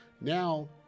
now